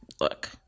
look